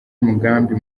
umugambi